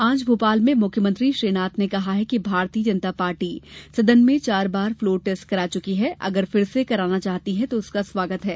आज भोपाल में मुख्यमंत्री श्री नाथ ने कहा है कि भारतीय जनता पार्टी सदन में चार बार फ़्लोर टेस्ट करा चुकी है अगर फिर से कराना चाहती है तो उसका स्वागत है